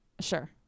Sure